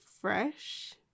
fresh